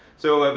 so, and